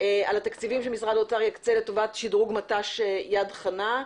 על התקציבים שמשרד האוצר יקצה לטובת שדרוג מט"ש יד חנה.